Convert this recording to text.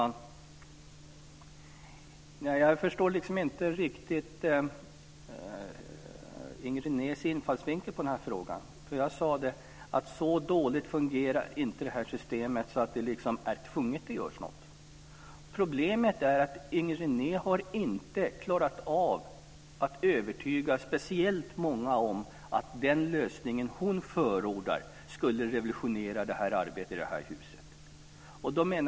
Herr talman! Jag förstår inte riktigt Inger Renés infallsvinkel på den här frågan. Jag sade att så dåligt fungerar inte det här systemet att vi är tvungna att göra något. Problemet är att Inger René inte har klarat av att övertyga speciellt många om att den lösning hon förordar skulle revolutionera arbetet här i huset.